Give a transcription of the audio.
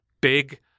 big